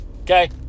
Okay